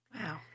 Wow